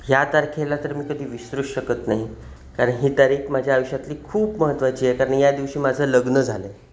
ह्या तारखेला तर मी कधी विसरू शकत नाही कारण ही तारीख माझ्या आयुष्यातली खूप महत्त्वाची आहे कारण या दिवशी माझं लग्न झालं आहे